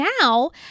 now